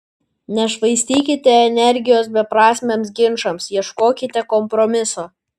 nešvaistykite energijos beprasmiams ginčams ieškokite kompromiso